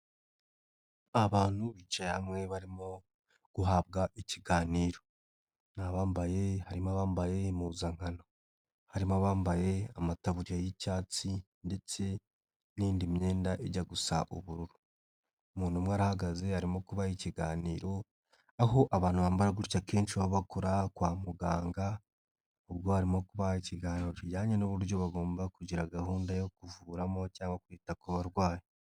Abantu bicaye hamwe barimo guhabwa ikiganiro nabambaye harimo abambaye impuzankano harimo abambaye amataburiya y'icyatsi ndetse n'indi myenda ijya gusa ubururu umuntu umwe arahagaze arimo kuba ikiganiro aho abantu bambara gutya akenshi baba bakora kwa muganga ubwo arimo kuba ikiganiro kijyanye n'uburyo bagomba kugira gahunda yo kuvuramo cyangwa kwita ku barwayi.